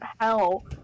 hell